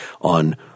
on